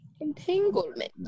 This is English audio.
Entanglement